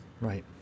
Right